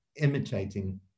imitating